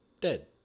dead